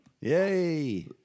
Yay